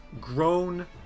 grown